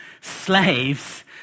slaves